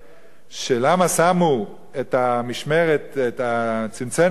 למה שמו את הצנצנת האחת?